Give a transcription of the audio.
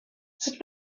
sut